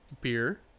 beer